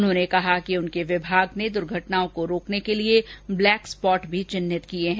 उन्होंने कहा कि उनके विभाग ने दुर्घटनाओं को रोकने के लिये ब्लैक स्पॉट भी चिन्हित किये हैं